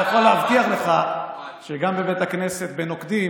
אני יכול להבטיח לך שגם בבית הכנסת בנוקדים,